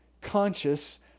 conscious